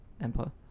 empire